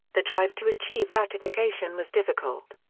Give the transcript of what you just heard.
the drive to achieve ratification was difficult.